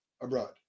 abroad